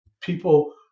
People